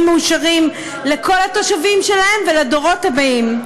מאושרים לכל התושבים שלהם ולדורות הבאים.